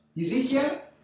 Ezekiel